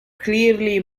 clearly